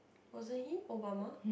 wasn't he Obama